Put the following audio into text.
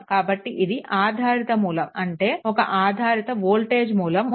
కాబట్టి ఇది ఆధారిత మూలం అంటే ఒక ఆధారిత వోల్టేజ్ మూలం ఉంది